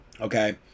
okay